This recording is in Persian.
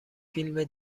فیلم